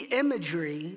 imagery